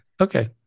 Okay